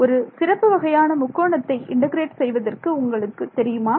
ஒரு சிறப்பு வகையான முக்கோணத்தை இன்டெகிரேட் செய்வதற்கு உங்களுக்கு தெரியுமா